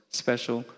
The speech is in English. special